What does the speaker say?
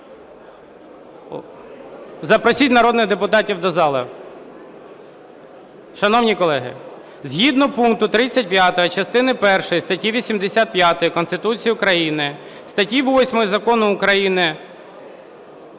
Запросіть народних депутатів до зали. Шановні колеги, згідно пункту 35 частини першої статті 85 Конституції України, статті 8 Закону України